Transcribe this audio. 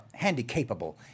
Handicapable